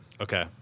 Okay